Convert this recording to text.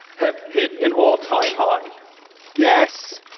have hit an all time high yes,